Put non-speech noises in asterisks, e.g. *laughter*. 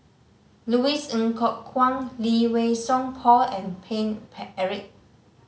Louis Ng Kok Kwang Lee Wei Song Paul and Paine *unintelligible* Eric